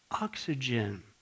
oxygen